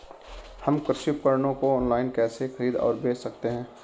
हम कृषि उपकरणों को ऑनलाइन कैसे खरीद और बेच सकते हैं?